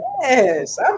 Yes